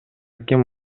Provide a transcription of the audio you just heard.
ким